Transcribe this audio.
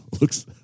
looks